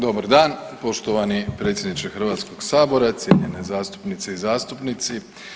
Dobar dan poštovani predsjedniče Hrvatskog sabora, cijenjene zastupnice i zastupnici.